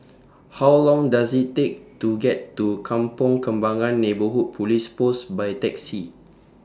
How Long Does IT Take to get to Kampong Kembangan Neighbourhood Police Post By Taxi